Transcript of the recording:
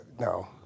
No